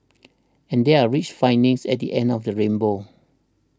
and there are rich findings at the end of the rainbow